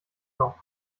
noch